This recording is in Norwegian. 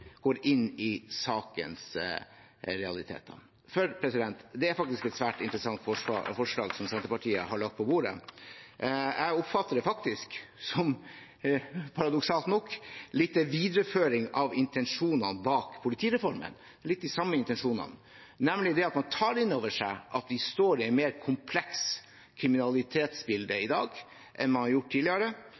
går inn i sakens realiteter. Det er faktisk et svært interessant forslag som Senterpartiet har lagt på bordet. Jeg oppfatter det som, paradoksalt nok, en videreføring av intensjonene bak politireformen, litt de samme intensjonene, nemlig at man tar inn over seg at vi står i et mer komplekst kriminalitetsbilde i dag enn man har gjort tidligere,